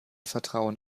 vertrauen